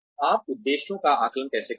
आप उद्देश्यों का आकलन कैसे करते हैं